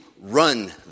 run